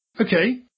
Okay